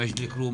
מג'גדל כרום,